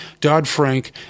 Dodd-Frank